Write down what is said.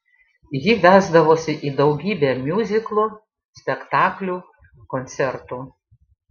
ji vesdavosi į daugybę miuziklų spektaklių koncertų